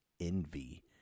Envy